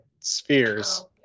spheres